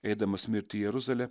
eidamas mirt į jeruzalę